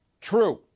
True